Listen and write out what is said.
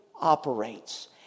operates